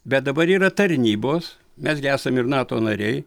bet dabar yra tarnybos mes gi esam ir nato nariai